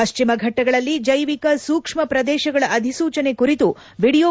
ಪಶ್ಚಿಮ ಫೆಟ್ಡಗಳಲ್ಲಿ ಜೈವಿಕ ಸೂಕ್ಷ್ಮ ಪ್ರದೇಶಗಳ ಅಧಿಸೂಚನೆ ಕುರಿತು ವೀಡಿಯೊ